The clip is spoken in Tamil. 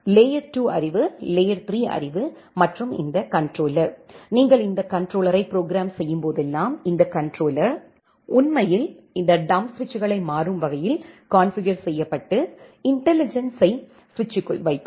லேயர் 2 அறிவு லேயர் 3 அறிவு மற்றும் இந்த கண்ட்ரோலர் நீங்கள் இந்த கண்ட்ரோலர்யை ப்ரோக்ராம் செய்யும் போதெல்லாம் இந்த கண்ட்ரோலர் உண்மையில் இந்த டம்ப் சுவிட்சுகளை மாறும் வகையில் கான்ஃபிகர் செய்யயப்பட்டு இன்டெலிஜென்ஸ்ஸை சுவிட்சுக்குள் வைக்கும்